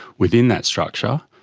within that structure,